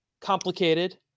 complicated